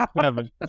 seven